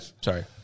Sorry